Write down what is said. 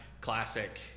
classic